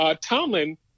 Tomlin